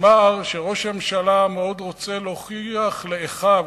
נאמר שראש הממשלה מאוד רוצה להוכיח ל"אחיו",